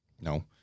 no